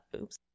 Oops